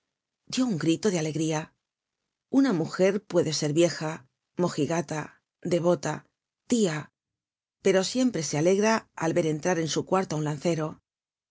un grito de alegría una mujer puede ser vieja mojigata devota tia pero siempre se alegra al ver entrar en su cuarto á un lancero